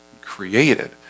created